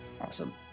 Awesome